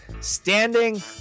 standing